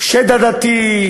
"שד עדתי",